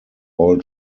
all